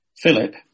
Philip